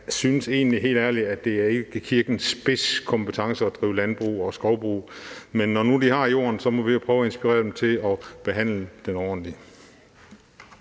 synes jeg egentlig ikke, at det er kirkens spidskompetence at drive landbrug og skovbrug, men når nu de har jorden, må vi jo prøve at inspirere dem til at behandle den ordentligt.